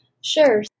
Sure